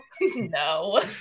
no